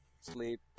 sleep